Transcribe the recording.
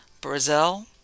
Brazil